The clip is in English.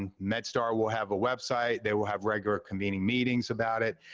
and medstar will have a website, they will have regular convening meetings about it.